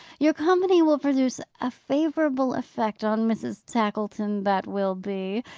your company will produce a favourable effect on mrs. tackleton that will be.